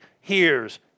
hears